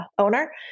owner